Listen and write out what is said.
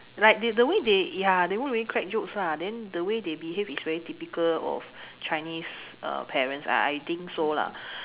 like the way they ya they won't really crack jokes lah then the way they behave is very typical of Chinese uh parents I think so lah